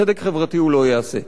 צדק חברתי הוא לא יעשה.